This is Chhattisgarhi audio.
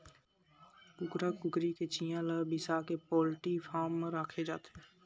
कुकरा कुकरी के चिंया ल बिसाके पोल्टी फारम म राखे जाथे